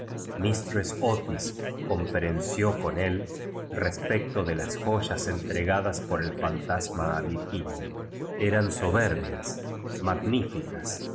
olis conferenció con él respecto de loa joya entregadas por el fantasma a virginia eran soberbias